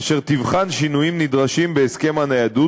אשר תבחן שינויים נדרשים בהסכם הניידות,